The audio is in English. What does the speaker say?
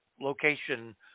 location